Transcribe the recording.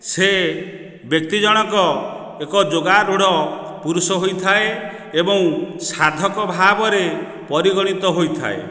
ସେ ବ୍ୟକ୍ତି ଜଣକ ଏକ ଯୋଗାରୂଢ଼ ପୁରୁଷ ହୋଇଥାଏ ଏବଂ ସାଧକ ଭାବରେ ପରିଗଣିତ ହୋଇଥାଏ